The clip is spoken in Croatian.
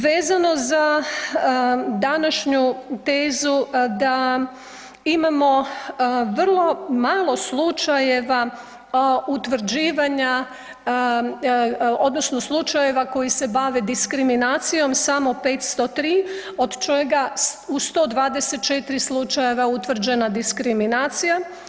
Vezano za današnju tezu da imamo vrlo malo slučajeva utvrđivanja odnosno slučajeva koji se bave diskriminacijom, samo 503 od čega u 124 slučajeva je utvrđena diskriminacija.